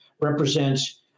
represents